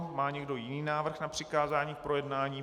Má někdo jiný návrh na přikázání k projednání?